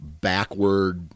backward